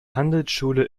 handelsschule